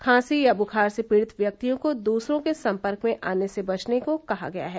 खांसी या बुखार से पीड़ित व्यक्तियों को दूसरों के सम्पर्क में आने से बचने को कहा गया है